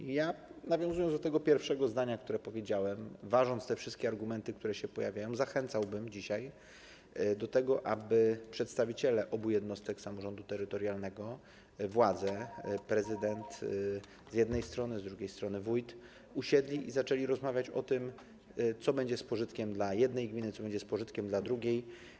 I nawiązując do tego pierwszego zdania, które powiedziałem, ważąc te wszystkie argumenty, które się pojawiają, zachęcałbym dzisiaj do tego, aby przedstawiciele obu jednostek samorządu terytorialnego, władze, prezydent z jednej strony, z drugiej strony wójt, usiedli i zaczęli rozmawiać o tym, co będzie z pożytkiem dla jednej gminy, a co będzie z pożytkiem dla drugiej.